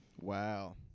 Wow